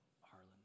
Harlan